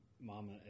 Mama